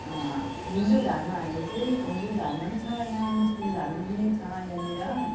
हिन्दू धर्महरूले चाहिँ हिन्दू धर्म पनि छ यहाँ मुस्लिम धर्म पनि छ यहाँनिर